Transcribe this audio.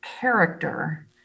character